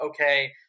okay